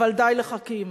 אבל די לחכימא.